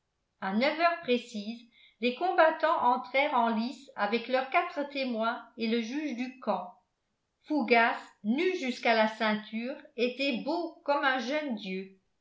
à neuf heures précises les combattants entrèrent en lice avec leurs quatre témoins et le juge du camp fougas nu jusqu'à la ceinture était beau comme un jeune dieu